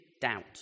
doubt